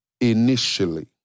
initially